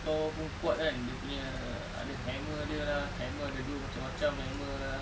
thor pun kuat kan dia punya ada hammer dia lah hammer ada dua macam macam hammer lah